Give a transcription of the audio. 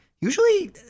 usually